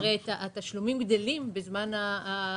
הרי התשלומים גדלים בזמן התשלום,